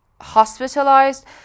hospitalized